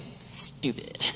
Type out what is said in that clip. stupid